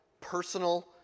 personal